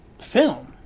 film